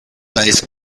based